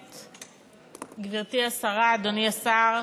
תודה רבה, גברתי השרה, אדוני השר,